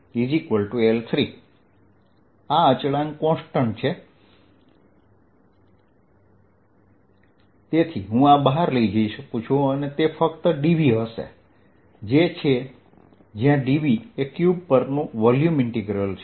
AdVdVL3 આ અચળાંક છે તેથી હું આ બહાર લઈ શકું છું તે ફક્ત dv હશે જે તે છે જ્યાં dv એ ક્યુબ પરનું વોલ્યુમ ઈન્ટીગ્રલ છે